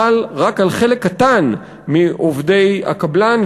חל רק על חלק קטן מעובדי הקבלן,